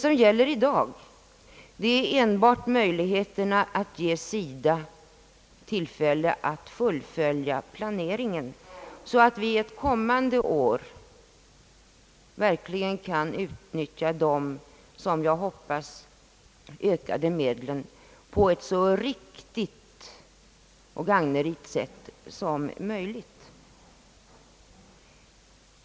Vad det i dag gäller är enbart möjligheterna att ge SIDA tillfälle att fullfölja planeringen, så att man ett kommande år verkligen kan utnyttja de, som jag hoppas, ökade medlen på ett så riktigt och gagneligt sätt som möjligt. Detta konkreta resultat har vi nått.